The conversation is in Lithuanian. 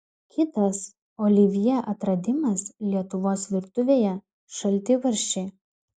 kitas olivjė atradimas lietuvos virtuvėje šaltibarščiai